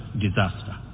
disaster